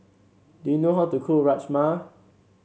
do you know how to cook Rajma